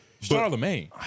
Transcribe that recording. Charlemagne